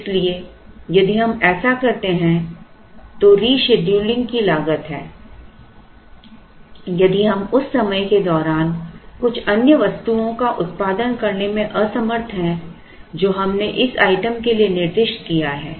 इसलिए यदि हम ऐसा करते हैं तो रीशेड्यूलिंग की लागत है यदि हम उस समय के दौरान कुछ अन्य वस्तुओं का उत्पादन करने में असमर्थ हैं जो हमने इस आइटम के लिए निर्दिष्ट किया है